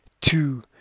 Two